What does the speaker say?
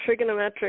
trigonometric